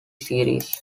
series